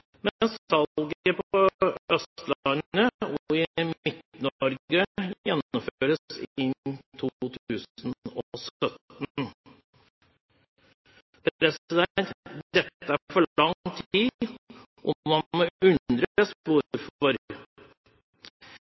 på Østlandet og i Midt-Norge gjennomføres innen 2017. Dette er for lang tid, og man må undre